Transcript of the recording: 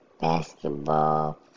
basketball